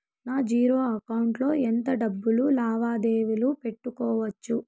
నా zero account లో ఎంత డబ్బులు లావాదేవీలు పెట్టుకోవచ్చు?